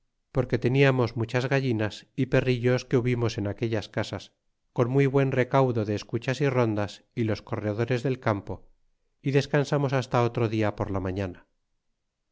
porque teniamos muchas gallinas y perrillos que hubimos en aquellas casas con muy buen recaudo de escuchas y rondas y los corredores del campo y descansamos hasta otro dia por la mañana